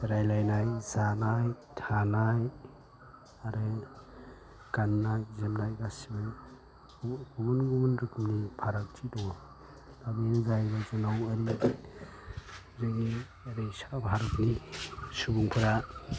रायज्लायनाय जानाय थानाय आरो गाननाय जोमनाय गासिबो गुबुन गुबुन रोखोमनि फारागथि दङ दा बेनो जाहैबाय जोंनि ओरै साहा भारतनि सुबुंफोरा